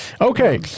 Okay